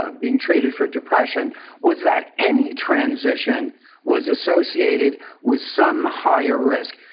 ah being treated for depression was that any transition was associated with some higher risk.